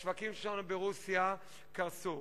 השווקים שלנו ברוסיה קרסו.